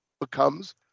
becomes